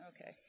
okay